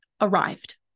arrived